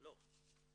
לא.